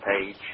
page